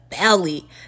belly